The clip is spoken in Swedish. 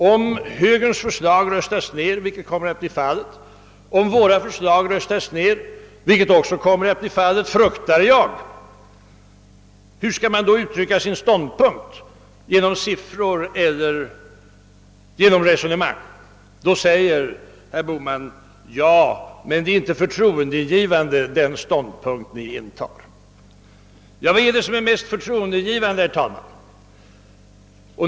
Om moderata samlingspartiets förslag röstas ned, vilket kommer att bli fallet, och om våra förslag röstas ned, vilket också kommer att bli fallet, fruktar jag, hur skall man då uttrycka sin ståndpunkt — genom siffror eller genom resonemang? Då säger herr Bohman: Ja, men den ståndpunkt ni intar är inte förtroendeingivande. Vad är det som är mest förtroendeingivande, herr talman?